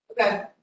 okay